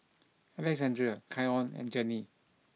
Alexandra Keion and Jenny